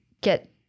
get